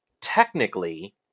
technically